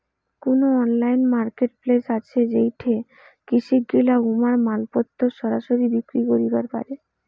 কুনো online marketplace আছে যেইঠে কৃষকগিলা উমার মালপত্তর সরাসরি বিক্রি করিবার পারে?